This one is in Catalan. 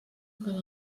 que